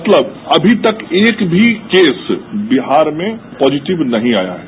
मतलब एक भी केस बिहार में पॉजीटिव नहीं आया है